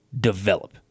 develop